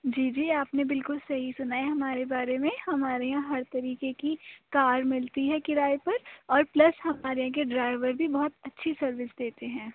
جی جی آپ نے بالکل صحیح سُنا ہے ہمارے بارے میں ہمارے یہاں ہر طریقے کی کار ملتی ہے کرائے پر اور پلس ہمارے یہاں کے ڈرائیور بھی بہت اچھی سروس دیتے ہیں